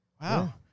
Wow